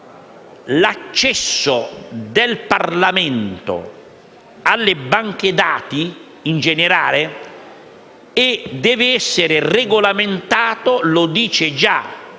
l'accesso del Parlamento alle banche dati in generale deve essere regolamentato, come